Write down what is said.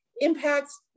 impacts